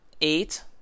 eight